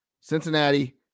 Cincinnati